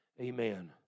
Amen